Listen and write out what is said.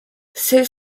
celle